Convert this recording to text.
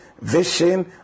vision